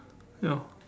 ya